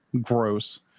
gross